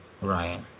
Right